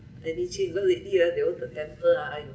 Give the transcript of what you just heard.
then they change because lately ah they all got temper I